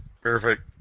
Perfect